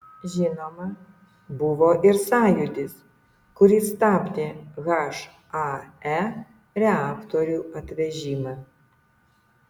žinoma buvo ir sąjūdis kuris stabdė hae reaktorių atvežimą